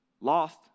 lost